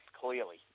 clearly